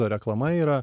reklama yra